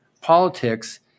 politics